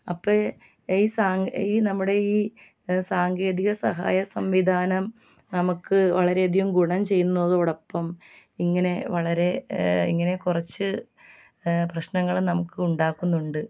അപ്പം ഈ സ നമ്മുടെ ഈ സാങ്കേതിക സഹായ സംവിധാനം നമുക്ക് വളരെയധികം ഗുണം ചെയ്യുന്നതോടൊപ്പം ഇങ്ങനെ വളരെ ഇങ്ങനെ കുറച്ച് പ്രശ്നങ്ങൾ നമുക്ക് ഉണ്ടാക്കുന്നുണ്ട്